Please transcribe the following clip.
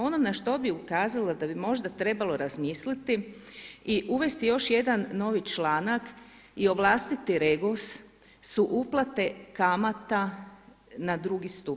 Ono na što bi ukazala da bi možda trebalo razmisliti i uvesti još jedan članak i ovlastiti REGOS su uplate kamata na drugi stup.